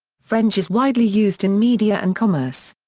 french is widely used in media and commerce.